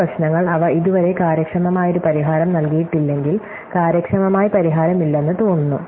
ഈ പ്രശ്നങ്ങൾ അവ ഇതുവരെ കാര്യക്ഷമമായ ഒരു പരിഹാരം നൽകിയിട്ടില്ലെങ്കിൽ കാര്യക്ഷമമായ പരിഹാരമില്ലെന്ന് തോന്നുന്നു